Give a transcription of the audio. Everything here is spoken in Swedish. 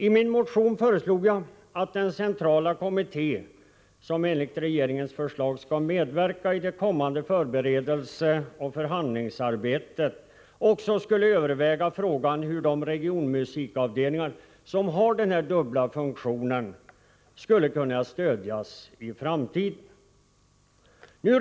I min motion föreslog jag att den centrala kommitté som enligt regeringens förslag skall medverka i det kommande förberedelseoch förhandlingsarbetet också överväger frågan om huruvida de regionmusikavdelningar som har den här dubbla funktionen skall stödjas i framtiden.